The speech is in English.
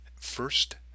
First